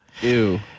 ew